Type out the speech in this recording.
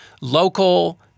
local